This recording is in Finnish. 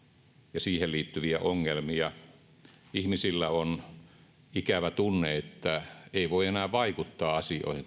ja siihen liittyviä ongelmia ihmisillä on ikävä tunne että ei voi enää vaikuttaa asioihin